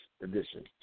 edition